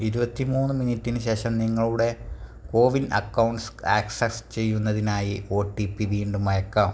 ഇരുപത്തി മൂന്ന് മിനിറ്റിന് ശേഷം നിങ്ങളുടെ കോവിൻ അക്കൗണ്ട്സ് ആക്സസ് ചെയ്യുന്നതിനായി ഒ ടി പി വീണ്ടും അയയ്ക്കാം